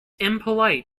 impolite